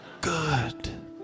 Good